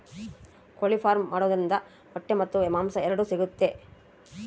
ಕೋಳಿ ಫಾರ್ಮ್ ಮಾಡೋದ್ರಿಂದ ಮೊಟ್ಟೆ ಮತ್ತು ಮಾಂಸ ಎರಡು ಸಿಗುತ್ತೆ